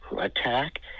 attack